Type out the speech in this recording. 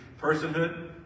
personhood